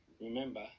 Remember